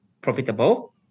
profitable